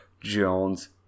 Jones